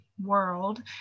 World